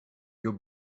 your